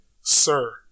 Sir